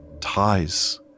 ties